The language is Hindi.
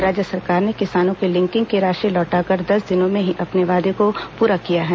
राज्य सरकार ने किसानों की लिंकिंग की राशि लौटाकर दस दिनों में ही अपने वादे को पूरा किया है